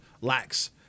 lacks